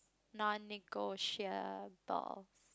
non negotiables